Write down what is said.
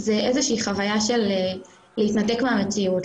זה איזה שהיא חוויה של להתנתק מהמציאות,